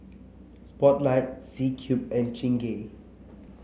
Spotlight C Cube and Chingay